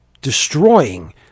destroying